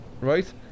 Right